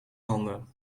handen